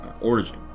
origin